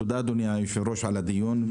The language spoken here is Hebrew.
תודה אדוני היושב-ראש על הדיון.